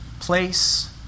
Place